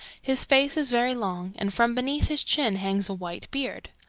his face is very long and from beneath his chin hangs a white beard.